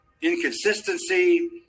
inconsistency